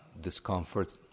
discomfort